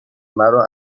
مرا